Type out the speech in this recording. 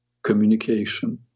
communication